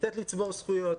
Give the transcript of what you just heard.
לתת לצבור זכויות,